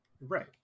Right